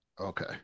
Okay